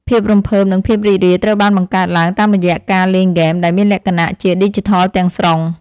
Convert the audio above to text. ភាពរំភើបនិងភាពរីករាយត្រូវបានបង្កើតឡើងតាមរយៈការលេងហ្គេមដែលមានលក្ខណៈជាឌីជីថលទាំងស្រុង។